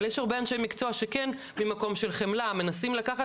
אבל יש הרבה אנשי מקצוע שכן ממקום של חמלה מנסים לקחת